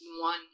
one